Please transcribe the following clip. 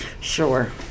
Sure